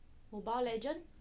mobile legend